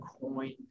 coin